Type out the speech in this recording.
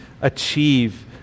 achieve